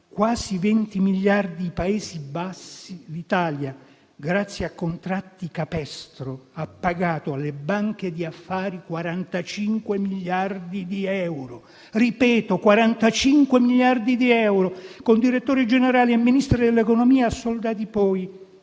quasi 20 miliardi), l'Italia, grazie a contratti capestro, ha pagato alle banche di affari 45 miliardi di euro. Ripeto: 45 miliardi di euro, con direttori generali e ministri dell'economia poi assoldati